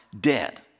dead